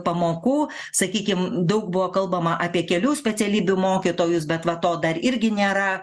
pamokų sakykim daug buvo kalbama apie kelių specialybių mokytojus bet va to dar irgi nėra